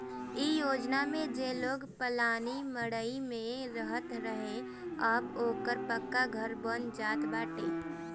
इ योजना में जे लोग पलानी मड़इ में रहत रहे अब ओकरो पक्का घर बन जात बाटे